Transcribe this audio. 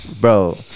Bro